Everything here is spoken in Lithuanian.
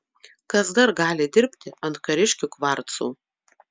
kas dar gali dirbti ant kariškių kvarcų